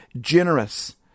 generous